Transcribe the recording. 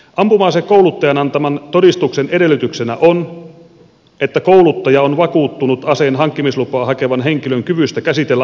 ampuma asekouluttajan antaman todistuksen edellytyksenä on että kouluttaja on vakuuttunut aseen hankkimislupaa hakevan henkilön kyvystä käsitellä ampuma asetta